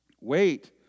Wait